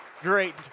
great